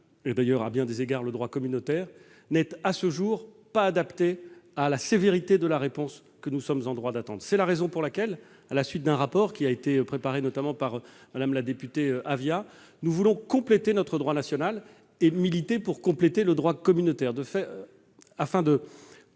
d'ailleurs, à bien des égards, pour le droit communautaire -n'est pas à ce jour adapté à la sévérité de la réponse que nous sommes en droit d'attendre. C'est la raison pour laquelle, à la suite d'un rapport qui a été préparé notamment par Mme la députée Avia, nous voulons compléter notre droit national et militer pour compléter le droit communautaire en